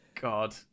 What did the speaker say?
god